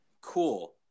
Cool